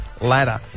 ladder